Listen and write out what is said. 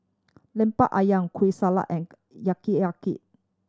Lemper Ayam Kueh Salat and